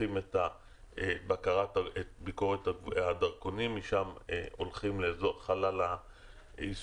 עושים את ביקורת הדרכונים ומשם הולכים לאזור חלל איסוף